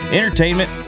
entertainment